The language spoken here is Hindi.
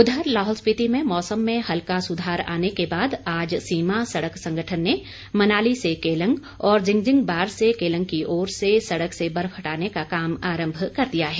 उधर लाहौल स्पीति में मौसम में हल्का सुधार आने के बाद आज सीमा सड़क संगठन ने मनाली से केलंग और जिंगजिंगबार से केलंग की ओर सड़क से बर्फ हटाने का काम आरंभ कर दिया है